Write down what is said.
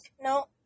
No